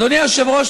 אדוני היושב-ראש,